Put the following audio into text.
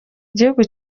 igihugu